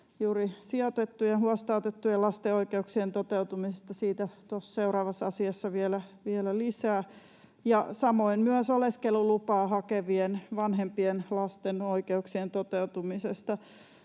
ja huostaanotettujen lasten oikeuksien toteutumisesta — siitä tuossa seuraavassa asiassa vielä lisää — ja samoin myös oleskelulupaa hakevien vanhempien lasten oikeuksien toteutumisesta.